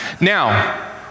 Now